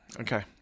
Okay